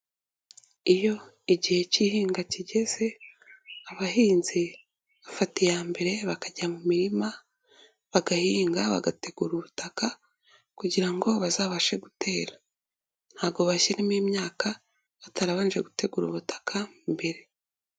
Iyo igihe cy'ihinga kigeze abahinzi bafata iya mbere bakajya mu mirima, bagahinga, bagategura ubutaka kugira ngo bazabashe gutera. Ntabwo bashyiramo imyaka batarabanje gutegura ubutaka mbere.